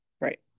Right